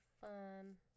fun